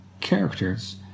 characters